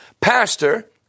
pastor